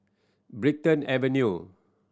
Brighton Avenue